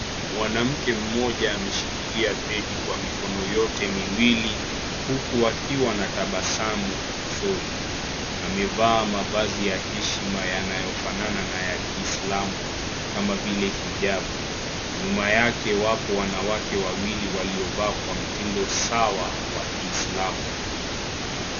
Mwanamke mmoja ameshikilia begi kwa mikono yote miwili huku akiwa na tabasamu usoni. Amevaa mavazi ya heshima yanayofanana na ya kiislamu, kama vile hijabu. Nyuma yake wapo wanawake wawili waliovaa kwa mtindo sawa wa kiislamu.